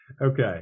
Okay